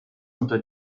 unter